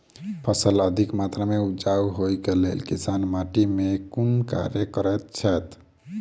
फसल अधिक मात्रा मे उपजाउ होइक लेल किसान माटि मे केँ कुन कार्य करैत छैथ?